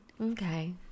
okay